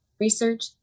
research